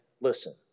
listen